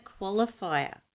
qualifier